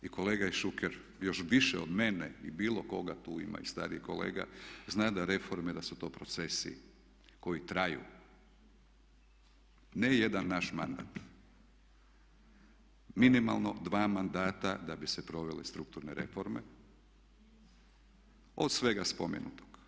Jer kolega Šuker još više od mene i bilo koga tu, ima i starijih kolega, zna da reforme da su to procesi koji traju, ne jedan naš mandat minimalno dva mandata da bi se provele strukturne reforme od svega spomenutog.